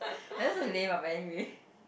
I'm just lame ah but anyway